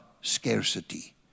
scarcity